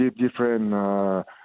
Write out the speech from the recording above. different